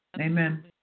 Amen